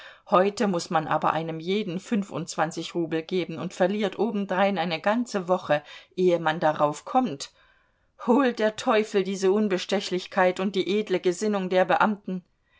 heute muß man aber einem jeden fünfundzwanzig rubel geben und verliert obendrein eine ganze woche ehe man darauf kommt hol der teufel diese unbestechlichkeit und die edle gesinnung der beamten